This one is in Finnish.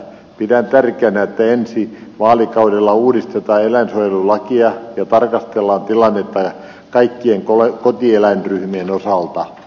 pidän tärkeänä että ensi vaalikaudella uudistetaan eläinsuojelulakia ja tarkastellaan tilannetta kaikkien kotieläinryhmien osalta